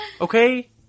Okay